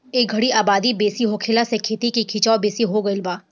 ए घरी आबादी बेसी होखला से खेती के खीचाव बेसी हो गई बा